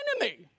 enemy